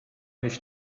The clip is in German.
nicht